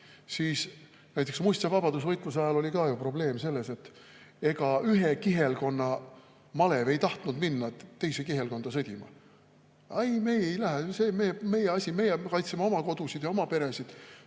siis näiteks muistse vabadusvõitluse ajal oli ka ju probleem selles, et ühe kihelkonna malev ei tahtnud minna teise kihelkonda sõdima: ei, me ei lähe, see [pole] meie asi, meie kaitseme oma kodusid ja oma peresid,